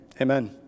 amen